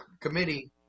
committee